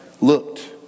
looked